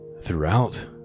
throughout